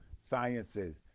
Sciences